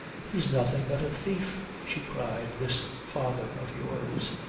he's nothing but a thief, she cried, this father of yours.